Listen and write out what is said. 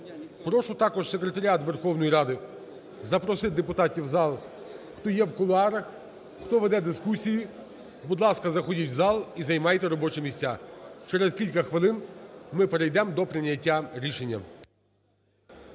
прошу також Секретаріат Верховної Ради запросити депутатів в зал, хто є в кулуарах, хто веде дискусії. Будь ласка, заходіть в зал і займайте робочі місця, через кілька хвилин ми перейдемо до прийняття рішення.